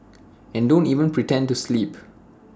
and don't even pretend to sleep